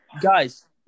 Guys